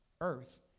earth